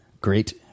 Great